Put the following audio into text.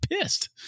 pissed